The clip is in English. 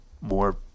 more